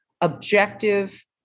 objective